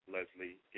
Leslie